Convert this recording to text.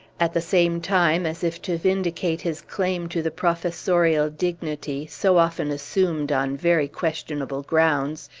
at the same time, as if to vindicate his claim to the professorial dignity, so often assumed on very questionable grounds,